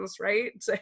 right